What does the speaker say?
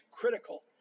critical